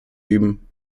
üben